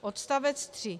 Odstavec 3.